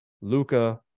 Luca